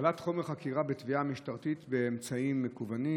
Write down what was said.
קבלת חומר חקירה בתביעה משטרתית באמצעים מקוונים,